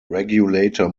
regulator